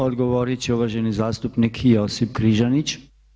Odgovorit će uvaženi zastupnik Josip Križanić.